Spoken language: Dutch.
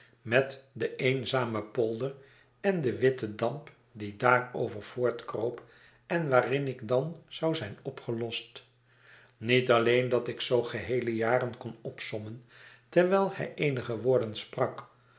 met den eenzamen polder en den witten damp die daarover voort kroop en waarin ik dan zou zijn opgelost niet atleen dat ik zoo geheele jaren kon opsommen terwijl hij eenige woorden sprak